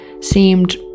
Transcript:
seemed